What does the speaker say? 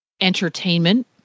entertainment